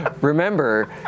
Remember